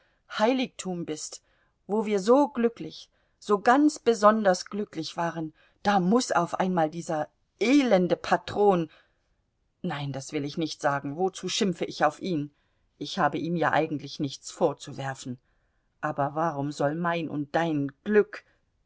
heiligtum bist wo wir so glücklich so ganz besonders glücklich waren da muß auf einmal dieser elende patron nein das will ich nicht sagen wozu schimpfe ich auf ihn ich habe ihm ja eigentlich nichts vorzuwerfen aber warum soll mein und dein glück